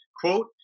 quote